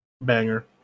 banger